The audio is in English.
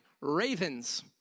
ravens